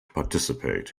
participate